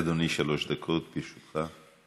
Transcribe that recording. אדוני, שלוש דקות לרשותך.